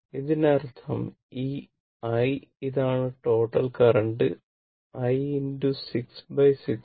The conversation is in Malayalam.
ഇതിനർത്ഥം ഈ i അതാണ് ടോട്ടൽ കറന്റ് i 6 6 60